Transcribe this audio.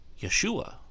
Yeshua